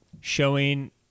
showing